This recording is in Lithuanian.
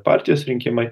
partijos rinkimai